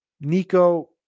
Nico